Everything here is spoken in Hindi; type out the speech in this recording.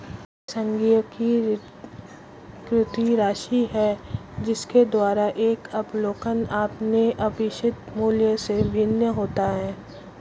एक सांख्यिकी त्रुटि राशि है जिसके द्वारा एक अवलोकन अपने अपेक्षित मूल्य से भिन्न होता है